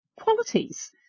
qualities